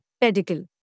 pedicle